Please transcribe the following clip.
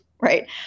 right